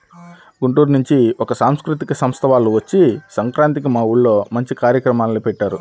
గుంటూరు నుంచి ఒక సాంస్కృతిక సంస్థ వాల్లు వచ్చి సంక్రాంతికి మా ఊర్లో మంచి కార్యక్రమాల్ని పెట్టారు